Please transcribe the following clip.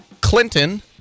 Clinton